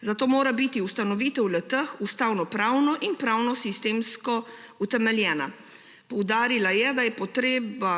zato mora biti ustanovitev le-teh ustavnopravno in pravnosistemsko utemeljena. Poudarila je, da je potrebna